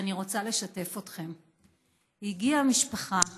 ואני רוצה לשתף אתכם: הגיעה משפחה